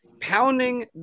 pounding